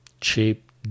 Cheap